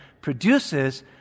produces